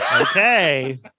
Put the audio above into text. Okay